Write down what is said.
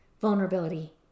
vulnerability